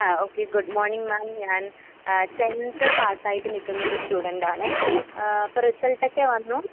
ആ okay good മോണിങ് ma'am ഞാൻ ടെൻന്ത് പാസ്സായിട്ട് നിൽക്കുന്ന ഒരു സ്റ്റുഡൻ്റാണ് അപ്പം റിസൽട്ടൊക്കെ വന്നു